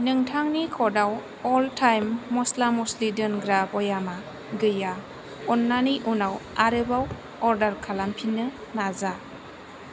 नोंथांनि कार्टआव all time मस्ला मस्लि दोनग्रा भयामआ गैया अन्नानै उनाव आरोबाव अर्डार खालामफिन्नो नाजा